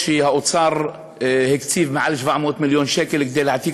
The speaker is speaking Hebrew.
שהעבודה תביא להם